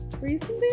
recently